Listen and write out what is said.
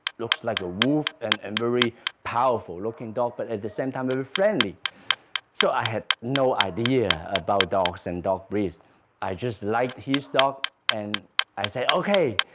looks like a wolf and a and very powerful looking dog but at the same time we were friendly so i had no idea about dogs and dog breeds i just liked his dog and i said, okay,